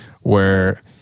where-